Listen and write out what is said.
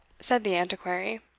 said the antiquary.